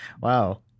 wow